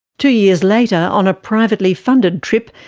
two years later, on a privately funded trip,